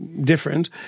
different